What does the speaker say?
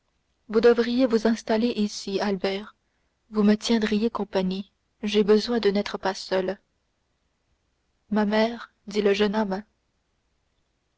vous devriez vous installer ici albert vous me tiendriez compagnie j'ai besoin de n'être pas seule ma mère dit le jeune homme